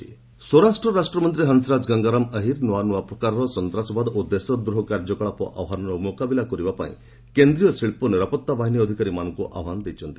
ତେଲଙ୍ଗାନା ନିଶା ସ୍ୱରାଷ୍ଟ୍ର ରାଷ୍ଟ୍ରମନ୍ତ୍ରୀ ହଂସରାଜ ଗଙ୍ଗାରାମ ଅହିର ନୂଆନୂଆ ପ୍ରକାରର ସନ୍ତାସବାଦ ଓ ଦେଶଦ୍ରୋହ କାର୍ଯ୍ୟକଳାପ ଆହ୍ବାନର ମୁକାବିଲା କରିବା ପାଇଁ କେନ୍ଦୀୟ ଶିଳ୍ପ ନିରାପତ୍ତା ବାହିନୀ ଅଧିକାରୀମାନଙ୍କୁ ଆହ୍ୱାନ ଜଣାଇଛନ୍ତି